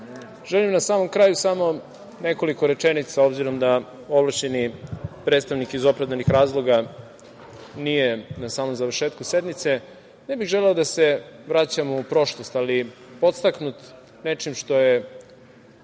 želim na samom kraju samo nekoliko rečenica, s obzirom da ovlašćeni predstavnik iz opravdanih razloga nije na samom završetku sednice. Ne bih želeo da se vraćamo u prošlost, ali podstaknut nečim što je